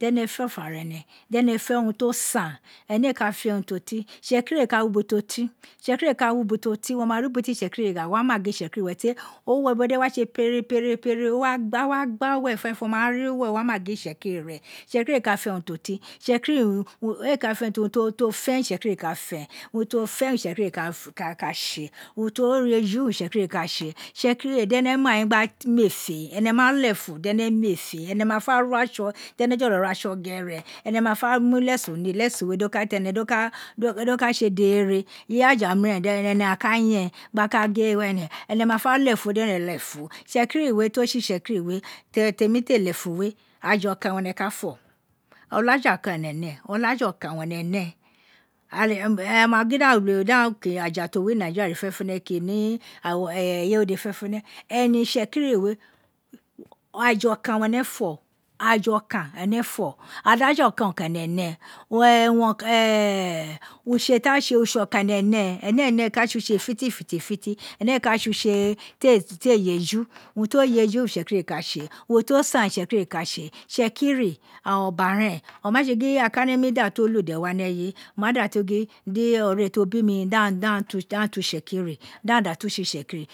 dẹnẹ fiọfọa ara ẹnẹ di ẹnẹ fẹ urun ti o san, ẹnẹ éé ka fé urun ti o tin. Itsekiri éé ka wi ubo ti o tin, itsekiri éé ka wi ubo ti o tin, wo ma ri ubo ti itsekiri gha, wó wá ma gin itsekiri rẹn teri uwẹrẹ we wa tse perepere o wa a wa gba wẹrẹ fẹnẹfẹnẹ wó má ri uwẹrẹ wó wá ma gin itsẹkiri rẹn, itsekiri éé ka fẹ urun ti o tin itsekiri urun ti o fẹn itsekiri ka fẹ urun ti o fẹn itsekiri ka tse, urun ti o yẹ eja owun itsekiri ka tse, itsekiri dẹnẹ mai ghen mefe, ẹnẹ ma ẹfun dẹnẹ mefe, ẹnẹ má fé ro atsọ, swne jolo ro ataọ ghẹrẹ ẹnẹ ma fẹ mu lẹsun ni lẹsun we tẹnẹ do ka tse deghere, iraja miren ẹnẹ a ka yẹn gba ka do ẹnẹ ma fẹ lẹfun dẹnẹ lefen. Itsekiri to tse itsẹkiri we temi telefu we, aja oka owun ẹnẹ nẹ ama gin da lo, da kk aja to wi nigeria dede fenefene ke ni afe we dede fẹnẹfẹnẹ ene itsekiri we afa okan wun ẹnẹ fọ aja okan wene fo olaja okan kẹrẹ ẹnẹ nẹ utse ta tse tse ǫkan ẹnẹ nẹ, ẹnẹ éé ne ta tse utse fitifiti, ẹnẹ éé ka tse utse ti éé yẹ eja urun ti o ye eju itsekiri ka tse, urun ti o san itsekiri ka tse, itsekiri aghan ọba rẹẹn o ma tse gin a ka nemi safu ludẹ wa ni eye mọ dangha da ghan daghan dafu tse itsekiri